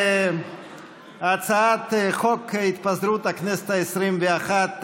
הצעת חוק התפזרות הכנסת העשרים-ואחת,